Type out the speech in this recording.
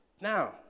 Now